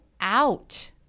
out